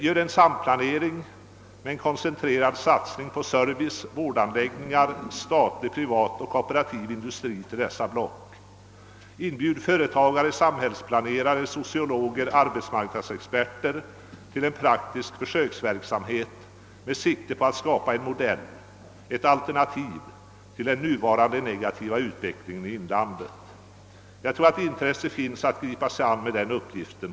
Gör en samplanering med en koncentrerad satsning på service och vårdanläggningar samt statlig, privat och kooperativ industri till dessa block! Inbjud företagare, samhällsplanerare, sociologer och arbetsmarknadsexperter till en praktisk försöksverksamhet med sikte på att skapa en modell, ett alternativ till den nuvarande negativa utvecklingen i inlandet! Jag tror att intresse på många håll finns att gripa sig an den uppgiften.